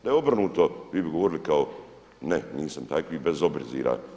Da je obrnuto vi bi govorili kao ne nisam takvi bez obzira.